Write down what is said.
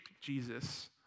Jesus